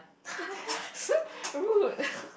rude